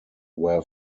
where